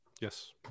Yes